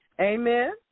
Amen